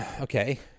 okay